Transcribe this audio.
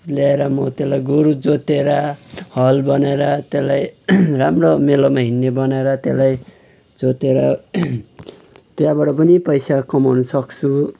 ल्याएर म त्यसलाई गोरू जोतेर हल बनाएर त्यसलाई राम्रो मेलोमा हिड्ने बनाएर त्यसलाई जोतेर त्यहाँबाट पनि पैसा कमाउन सक्छु